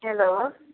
hello